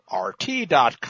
RT.com